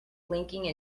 blinking